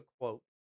quote